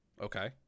Okay